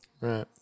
Right